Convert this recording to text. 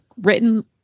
written